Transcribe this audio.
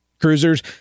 cruisers